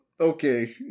okay